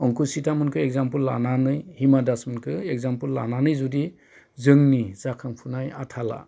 अंखुसिथा मोनखौ एकजामपोल लानानै हिमा दास मोनखो एगजामफुल लानानै जुदि जोंनि जाखांफुनाय आथाला